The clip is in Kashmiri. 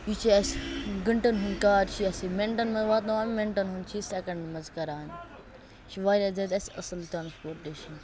یہِ چھُ اَسہِ گنٹَن ہُنٛد کار چھُ اَسہِ یہِ مِنٹَن مَنٛز واتناوان مِنٹَن ہُنٛد چھُ یہِ سیٚکَنڈَن مَنٛز کَران یہِ چھُ واریہا زیادٕ اَسہِ اصل ٹرانسپوٹیشَن